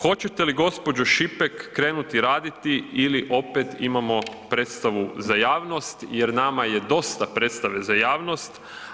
Hoćete li gospođo Šipek krenuti raditi ili opet imamo predstavu za javnost jer nama je dosta predstave za javnost.